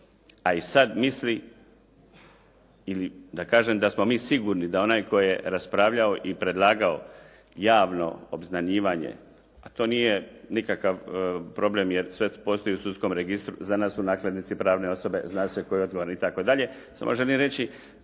ili da kažem da smo mi sigurni da onaj tko je raspravljao ili predlagao javno obznanjivanje a to nije nikakav problem jer sve postoji u sudskom registru. Za nas su nakladnici pravne osobe, zna se tko je odgovoran itd. Samo želim reći